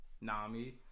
Nami